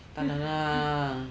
当然啊